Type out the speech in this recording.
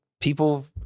People